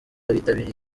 bitabiriye